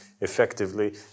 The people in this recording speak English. effectively